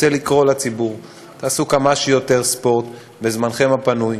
רוצה לקרוא לציבור: תעשו כמה שיותר ספורט בזמנכם הפנוי,